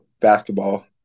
basketball